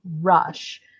rush